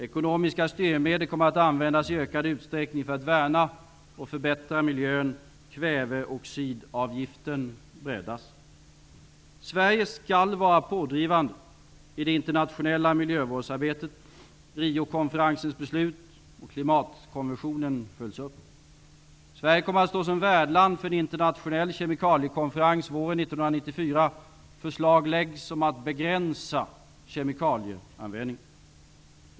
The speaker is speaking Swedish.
Ekonomiska styrmedel kommer att användas i ökad utsträckning för att värna och förbättra miljön. Kväveoxidavgiften breddas. Sverige skall vara pådrivande i det internationella miljövårdsarbetet. Riokonferensens beslut och klimatkonventionen följs upp. Sverige kommer att stå som värdland för en internationell kemikaliekonferens våren 1994. Förslag läggs fram om att begränsa kemikalieanvändningen.